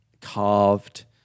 carved